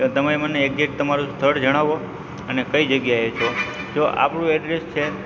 એટલે તમે મને એક્ઝેટ તમારું સ્થળ જણાવો અને કઈ જગ્યાએ છો જો આપણું એડ્રેસ છે